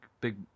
big